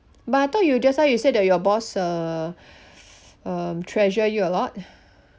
but I thought you just now you said that your boss uh um treasure you a lot